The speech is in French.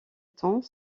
temps